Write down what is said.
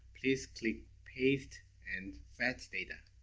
please click paste and fetch data.